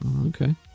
okay